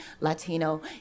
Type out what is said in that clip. Latino